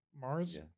Mars